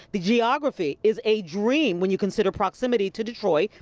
the geography is a dream when you consider proximity to detroit,